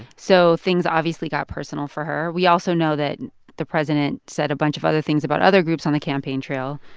so things, obviously, got personal for her. her. we also know that the president said a bunch of other things about other groups on the campaign trail.